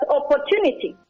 opportunity